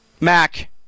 Mac